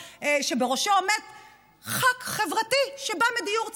שבראשו חבר כנסת חברתי שבא מדיור ציבורי.